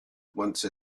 once